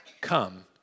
come